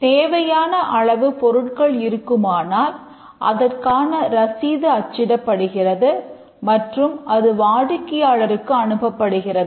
தேவையான அளவு பொருட்கள் இருக்குமானால் அதற்கான ரசீது அச்சிடப்படுகிறது மற்றும் அது வாடிக்கையாளருக்கு அனுப்பப்படுகிறது